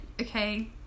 Okay